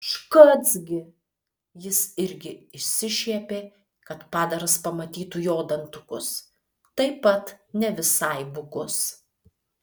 škac gi jis irgi išsišiepė kad padaras pamatytų jo dantukus taip pat ne visai bukus